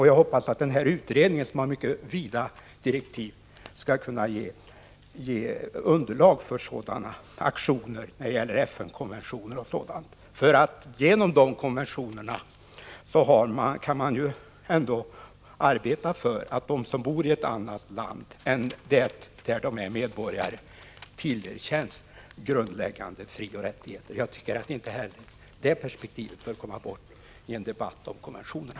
Jag hoppas att den här utredningen, som har fått mycket vida direktiv, skall kunna ge underlag för sådana aktioner när det gäller FN-konventioner m.m. Genom dessa konventioner kan man arbeta för att de som bor i ett annat land än det där de är medborgare tillerkänns grundläggande frioch rättigheter. Jag tycker att inte heller det perspektivet bör komma bort i en debatt om konventionerna.